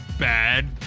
Bad